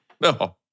No